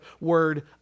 word